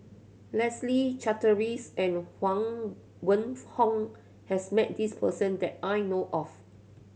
Leslie Charteris and Huang Wenhong has met this person that I know of